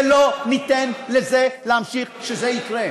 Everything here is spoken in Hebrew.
ולא ניתן לזה להמשיך לקרות.